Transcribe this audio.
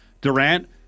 Durant